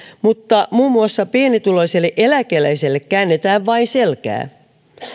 mutta muun muassa pienituloiselle eläkeläiselle käännetään vain selkää